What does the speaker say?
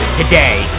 today